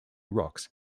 rocks